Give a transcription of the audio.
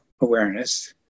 awareness